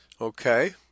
Okay